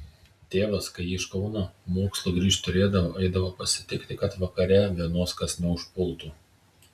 tėvas kai ji iš kauno mokslų grįžt turėdavo eidavo pasitikti kad vakare vienos kas neužpultų